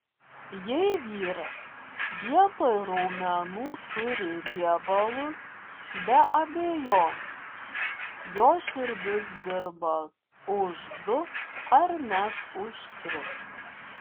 jei vyras vietoj raumenų turi riebalus be abejonės jo širdis dirba už du ar net už tris